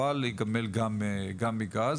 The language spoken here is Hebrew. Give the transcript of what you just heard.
אבל להיגמל גם מגז,